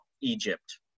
Egypt